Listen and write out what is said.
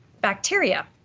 bacteria